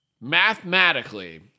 Mathematically